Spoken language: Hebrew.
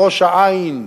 בראש-העין,